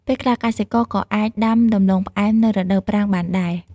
ពេលខ្លះកសិករក៏អាចដាំដំឡូងផ្អែមនៅរដូវប្រាំងបានដែរ។